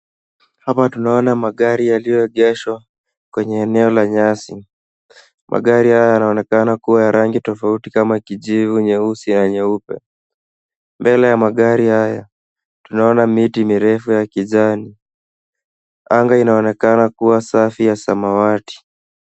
Hapa tunaona magari yaliyoegeshwa kwenye eneo lenye nyasi magari haya yanaonekana kuwa ya rangi tofauti kama kijivu, nyeusi na nyeupe mbele ya magari haya tunaona miti mirefu ya kijani anga inaonekana kuwa safi ya samawati.